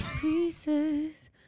pieces